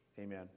Amen